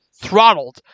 throttled